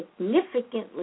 significantly